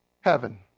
Heaven